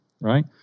Right